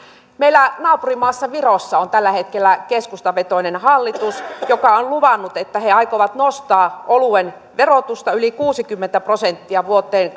meillä naapurimaassa virossa on tällä hetkellä keskustavetoinen hallitus joka on luvannut että he aikovat nostaa oluen verotusta yli kuusikymmentä prosenttia vuoteen